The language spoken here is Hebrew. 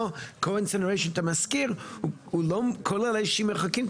kohler Seneration שאתה מזכיר הוא לא כולל כאלה מרחקים,